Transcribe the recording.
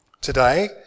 Today